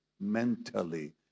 mentally